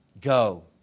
Go